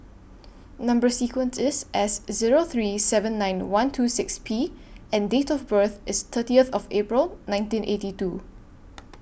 Number sequence IS S Zero three seven nine one two six P and Date of birth IS thirtieth of April nineteen eighty two